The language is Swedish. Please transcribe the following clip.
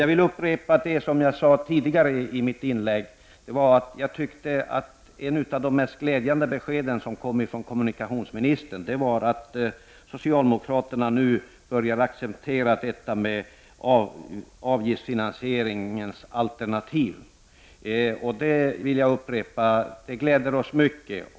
Jag vill upprepa vad jag sade tidigare i mitt inlägg, nämligen att jag tycker att ett av de mest glädjande besked som kom från kommunikationsministern var att socialdemokraterna nu börjar acceptera avgiftsfinansieringens alternativ. Det glädjer oss mycket.